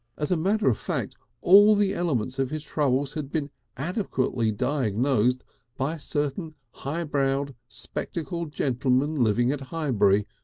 as a matter of fact all the elements of his troubles had been adequately diagnosed by a certain high-browed, spectacled gentleman living at highbury,